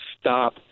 stop